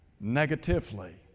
negatively